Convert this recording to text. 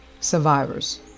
survivors